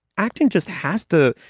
acting just has to